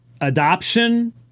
adoption